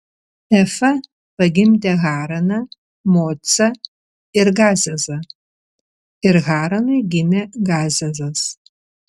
efa pagimdė haraną mocą ir gazezą ir haranui gimė gazezas